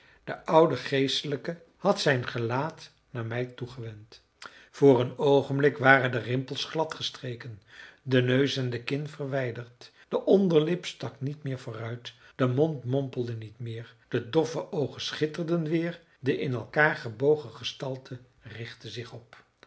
de oude geestelijke had zijn gelaat naar mij toe gewend voor een oogenblik waren de rimpels gladgestreken de neus en de kin verwijderd de onderlip stak niet meer vooruit de mond mompelde niet meer de doffe oogen schitterden weer de in elkaar gebogen gestalte richtte zich op